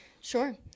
sure